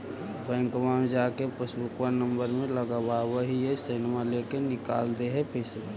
बैंकवा मे जा के पासबुकवा नम्बर मे लगवहिऐ सैनवा लेके निकाल दे है पैसवा?